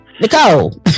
Nicole